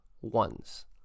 ones